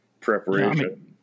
preparation